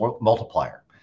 multiplier